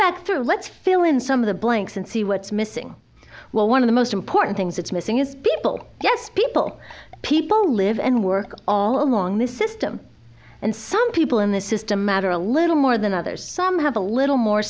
through let's fill in some of the blanks and see what's missing while one of the most important things that's missing is people yes people people live and work all along this system and some people in this system matter a little more than others some have a little more